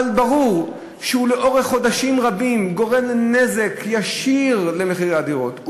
אבל ברור שלאורך חודשים רבים הוא גורם נזק ישיר למחירי הדירות,